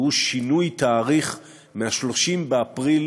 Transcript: והוא שינוי תאריך מ-30 באפריל